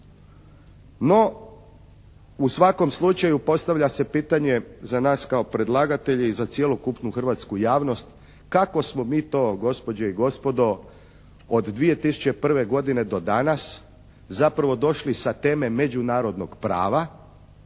No u svakom slučaju postavlja se pitanje za nas kao predlagatelje i za cjelokupnu hrvatsku javnost kako smo mi to, gospođe i gospodo, od 2001. godine do danas zapravo došli sa teme međunarodnog prava